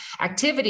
activity